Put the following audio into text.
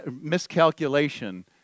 miscalculation